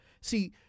See